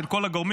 של כל הגורמים.